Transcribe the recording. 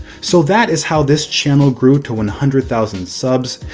so that is how this channel grew to one hundred thousand subs,